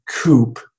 coupe